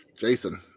Jason